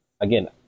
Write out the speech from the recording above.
again